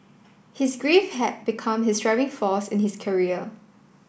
his grief had become his driving force in his career